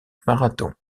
marathon